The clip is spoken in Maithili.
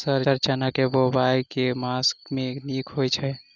सर चना केँ बोवाई केँ मास मे नीक होइ छैय?